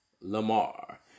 Lamar